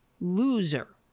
loser